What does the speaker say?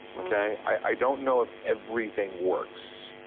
ok? i don't know if everything works.